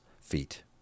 feet